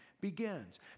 begins